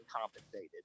compensated